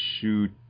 shoot